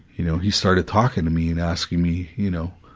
you know. he started talking to me and asking me, you know,